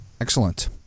Excellent